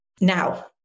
Now